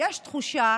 יש תחושה